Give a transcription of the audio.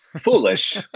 Foolish